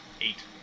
Eight